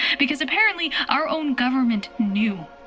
because apparently our own government knew.